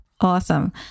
awesome